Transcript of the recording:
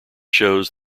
shows